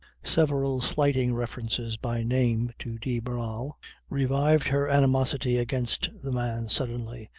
several slighting references by name to de barral revived her animosity against the man, suddenly,